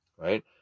Right